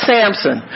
Samson